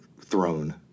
throne